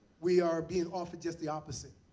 we are being offered just the opposite.